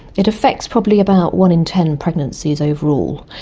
it affects probably about one in ten pregnancies overall.